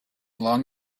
long